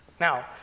Now